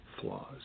flaws